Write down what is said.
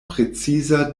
preciza